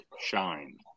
shine